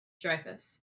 Dreyfus